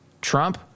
Trump